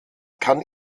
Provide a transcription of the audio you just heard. kann